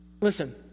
Listen